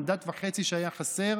מנדט וחצי שהיו חסרים,